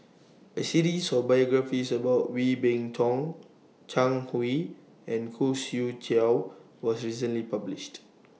A series of biographies about Wee Beng Chong Zhang Hui and Khoo Swee Chiow was recently published